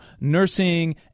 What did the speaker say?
nursing